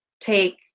take